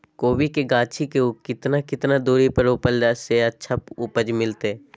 कोबी के गाछी के कितना कितना दूरी पर रोपला से अच्छा उपज मिलतैय?